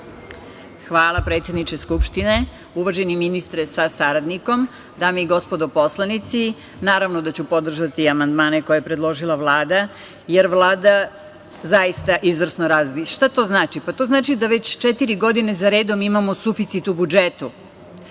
Hvala, predsedniče Skupštine. Uvaženi ministre sa saradnikom, dame i gospodo poslanici, naravno da ću podržati amandmane koje je predložila Vlada, jer Vlada zaista izvrsno radi. Šta to znači? To znači da već četiri godine zaredom imamo suficit u budžetu.